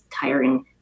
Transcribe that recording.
tiring